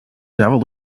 devil